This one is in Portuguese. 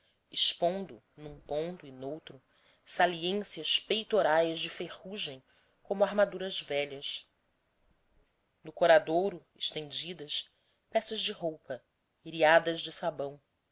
expondo num ponto e noutro saliências peitorais de ferrugem como armaduras velhas no coradouro estendidas peças de roupa iriadas de sabão